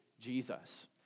Jesus